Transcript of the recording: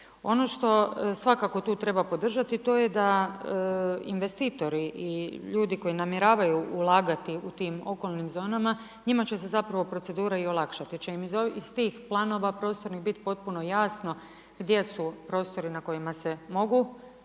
Ono što svakako tu treba podržati to je da investitor i ljudi koji namjeravaju ulagati u tim okolnim zonama, njima će zapravo procedura i olakšati jer će im iz tih planova prostornih biti potpuno jasno gdje su prostori na kojima se mogu